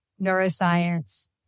neuroscience